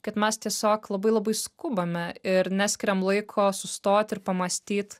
kad mes tiesiog labai labai skubame ir neskiriam laiko sustot ir pamąstyt